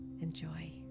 enjoy